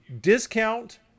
discount